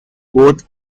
both